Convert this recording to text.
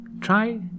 try